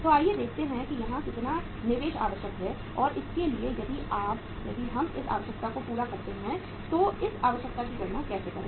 तो आइए देखते हैं कि यहां कितना निवेश आवश्यक है और इसके लिए यदि हम इस आवश्यकता को पूरा करते हैं तो इस आवश्यकता की गणना कैसे करें